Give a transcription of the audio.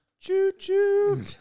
choo-choo